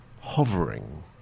hovering